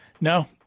no